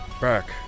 Back